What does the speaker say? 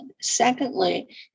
secondly